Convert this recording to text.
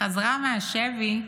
חזרה מהשבי,